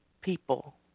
people